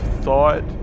thought